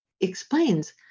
explains